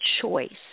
choice